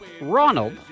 Ronald